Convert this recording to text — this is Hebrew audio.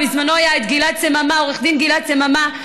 בזמנו היה עורך דין גלעד סממה,